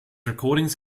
recordings